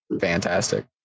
fantastic